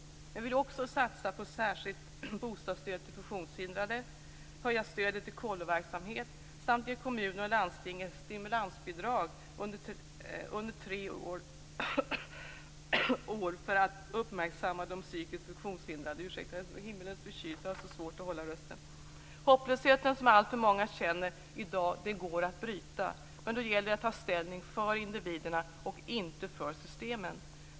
Men vi vill också satsa på ett särskilt bostadsstöd till funktionshindrade, höja stödet till kolloverksamhet samt ge kommuner och landsting ett stimulansbidrag under tre år för att uppmärksamma de psykiskt funktionshindrade. Hopplösheten som alltför många känner i dag går att bryta. Men då gäller det att ta ställning för individerna och inte för systemen.